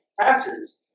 pastors